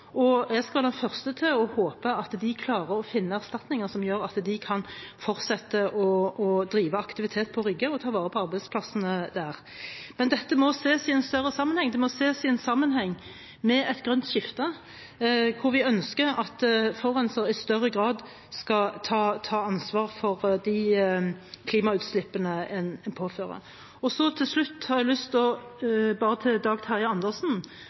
utfordring. Jeg skal være den første til å håpe at de klarer å finne erstatninger som gjør at de kan fortsette å drive aktivitet på Rygge og ta vare på arbeidsplassene der. Men dette må ses i en større sammenheng. Det må ses i sammenheng med et grønt skifte, hvor vi ønsker at forurenser i større grad skal ta ansvar for de klimautslippene en påfører. Til slutt har jeg lyst til å minne Dag Terje Andersen